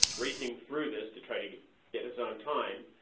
racing through this to try to get us on time.